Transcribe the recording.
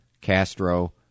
Castro